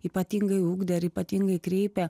ypatingai ugdė ar ypatingai kreipė